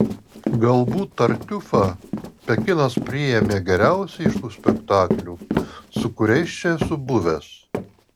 galbūt tartiufą pekinas priėmė geriausiai iš tų spektaklių su kuriais čia esu buvęs